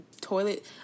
toilet